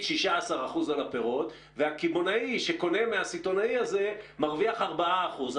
16 אחוזים על הפירות והקמעונאי שקונה מהסיטונאי הזה מרוויח 4 אחוזים.